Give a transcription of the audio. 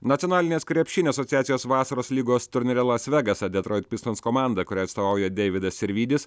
nacionalinės krepšinio asociacijos vasaros lygos turnyre las vegase detroit pistons komanda kuriai atstovauja deividas sirvydis